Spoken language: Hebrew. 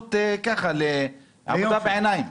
היוועצות של עבודה בעיניים.